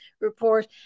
report